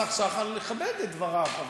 השר שחל, נכבד את דבריו.